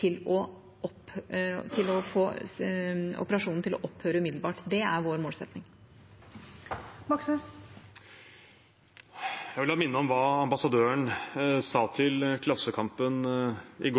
til å få operasjonen til å opphøre umiddelbart. Det er vår målsetting. Bjørnar Moxnes – til oppfølgingsspørsmål. Jeg vil da minne om hva ambassadøren sa til Klassekampen i